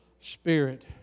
spirit